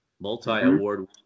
Multi-award